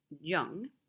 Young